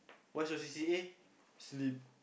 what's your C_C_A-sleep